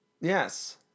Yes